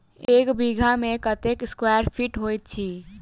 एक बीघा मे कत्ते स्क्वायर फीट होइत अछि?